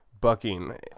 Bucking